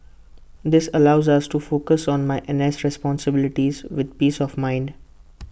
this allows us to focus on my N S responsibilities with peace of mind